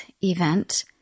event